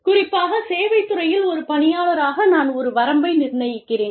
குறிப்பாகச் சேவைத் துறையில் ஒரு பணியாளராக நான் ஒரு வரம்பை நிர்ணயிக்கிறேன்